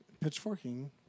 Pitchforking